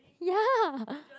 ya